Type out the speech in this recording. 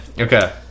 okay